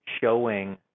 showing